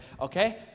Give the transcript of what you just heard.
Okay